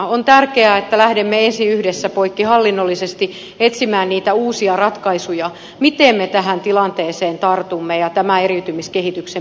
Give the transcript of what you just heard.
on tärkeää että lähdemme ensin yhdessä poikkihallinnollisesti etsimään niitä uusia ratkaisuja miten me tähän tilanteeseen tartumme ja tämän eriytymiskehityksen pysäytämme